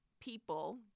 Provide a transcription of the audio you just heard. people